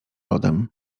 lodem